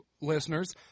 listeners